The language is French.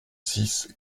six